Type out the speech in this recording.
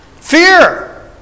Fear